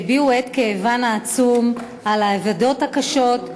שהביעו את כאבם העצום על האבדות הקשות,